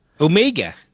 Omega